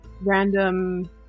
random